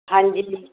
ਹਾਂਜੀ ਜੀ